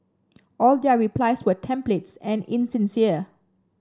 all their replies were templates and insincere